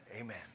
Amen